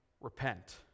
repent